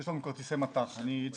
יש לנו כרטיסי מט"ח, כל